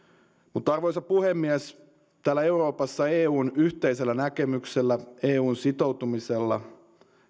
arvoisa puhemies täällä euroopassa eun yhteisellä näkemyksellä eun sitoutumisella